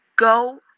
Go